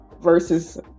versus